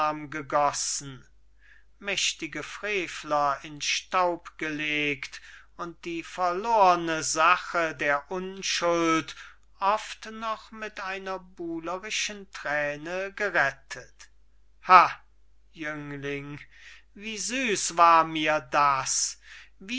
balsam gegossen mächtige frevler in staub gelegt und die verlorene sache der unschuld oft noch mit einer buhlerischen thräne gerettet ha jüngling wie süß war mir das